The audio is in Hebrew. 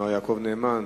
מר יעקב נאמן,